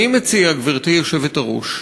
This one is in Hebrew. אני מציע, גברתי היושבת-ראש,